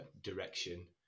direction